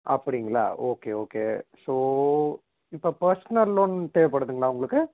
அப்படிங்களா okay okay so இப்போ personal loan தேவைப்படுதுங்களா உங்களுக்கு